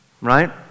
right